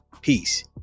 peace